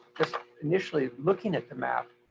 just initially, looking at the map,